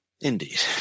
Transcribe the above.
indeed